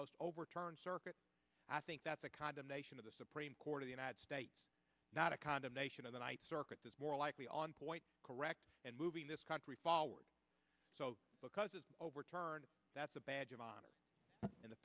most overturned circuit i think that's a condemnation of the supreme court of the united states not a condemnation of the night circuit is more likely on point correct and moving this country forward so because it's overturned that's a badge of honor and the